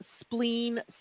spleen